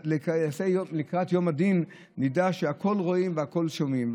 ולקראת יום הדין נדע שהכול רואים והכול שומעים.